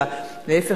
להיפך,